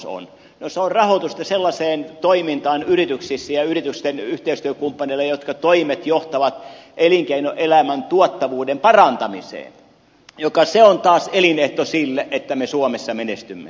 no se on rahoitusta sellaiseen toimintaan yrityksissä ja yritysten yhteistyökumppaneille että ne toimet johtavat elinkeinoelämän tuottavuuden parantamiseen joka on taas elinehto sille että me suomessa menestymme